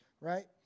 right